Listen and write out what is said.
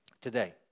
today